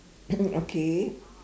okay